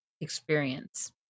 experience